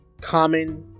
common